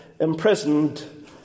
imprisoned